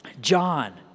John